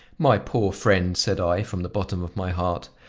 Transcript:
my poor friend, said i, from the bottom of my heart,